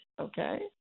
okay